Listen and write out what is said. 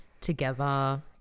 together